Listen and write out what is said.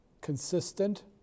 consistent